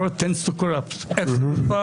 power tends to corrupt and absolute